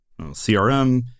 CRM